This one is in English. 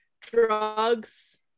drugs